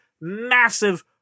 massive